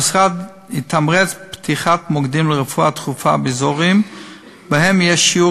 המשרד יתמרץ פתיחת מוקדים לרפואה דחופה באזורים שבהם יש שיעור